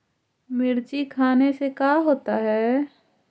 मिर्ची खाने से का होता है?